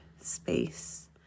space